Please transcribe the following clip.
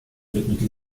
widmete